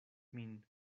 min